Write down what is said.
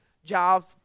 Jobs